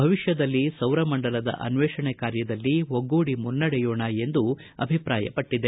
ಭವಿಷ್ಯದಲ್ಲಿ ಸೌರಮಂಡಲದ ಅನ್ವೇಷಣೆ ಕಾರ್ಯದಲ್ಲಿ ಒಗ್ಗೂಡಿ ಮುನ್ನಡೆಯೋಣ ಎಂದು ಅಭಿಪ್ರಾಯಪಟ್ಟದೆ